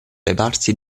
levarsi